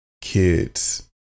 kids